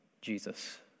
Jesus